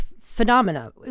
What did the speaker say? Phenomena